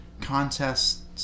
contests